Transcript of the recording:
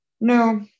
No